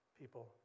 people